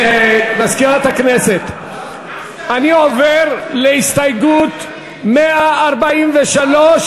מזכירת הכנסת, אני עובר להסתייגות 143,